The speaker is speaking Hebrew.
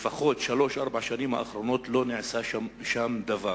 לפחות בשלוש-ארבע השנים האחרונות, לא נעשה שם דבר.